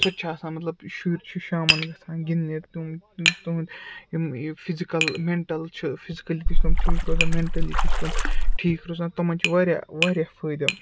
سُہ تہِ چھُ آسان مطلب شُرۍ چھِ شامَن گَژھان گِنٛدنہِ تِم یُس تُہُنٛد یِم یہِ فِزِکَل مٮ۪نٹَل چھِ فِزِکٔلی تہِ چھِ تم ٹھیٖک روزان مٮ۪نٹٔلی تہِ چھِ تم ٹھیٖک روزان تمَن چھِ واریاہ واریاہ فٲیدٕ